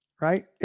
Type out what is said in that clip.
right